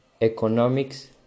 economics